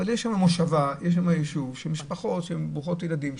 אבל יש שם מושבה של משפחות ברוכות ילדים.